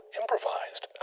improvised